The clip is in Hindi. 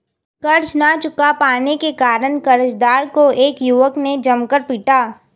कर्ज ना चुका पाने के कारण, कर्जदार को एक युवक ने जमकर पीटा